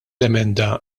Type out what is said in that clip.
emenda